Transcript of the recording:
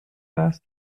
class